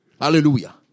Hallelujah